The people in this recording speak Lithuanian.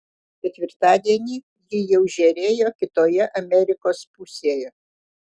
ketvirtadienį ji jau žėrėjo kitoje amerikos pusėje